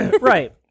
Right